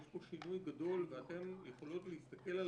יש פה שינוי גדול ואתן יכולות להסתכל על